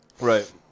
Right